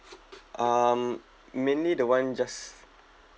um mainly the [one] just